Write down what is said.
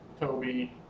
Toby